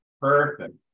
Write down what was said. perfect